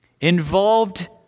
involved